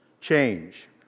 change